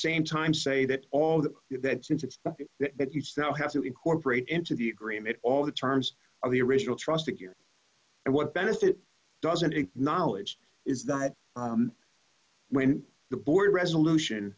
same time say that all the that since it's that you still have to incorporate into the agreement all the terms of the original trust again and what then if it doesn't acknowledge is that when the board resolution